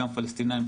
גם פלסטיניים.